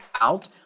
out